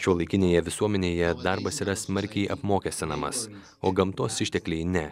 šiuolaikinėje visuomenėje darbas yra smarkiai apmokestinamas o gamtos ištekliai ne